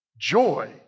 Joy